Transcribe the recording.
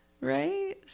right